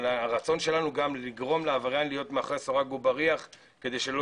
אבל הרצון שלנו לגרום לעבריין להיות מאחורי סורג ובריח כדי שלא